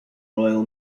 royal